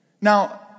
Now